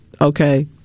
Okay